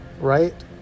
right